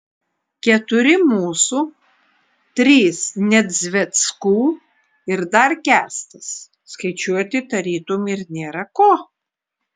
keturi mūsų trys nedzveckų ir dar kęstas skaičiuoti tarytum ir nėra ko